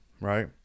right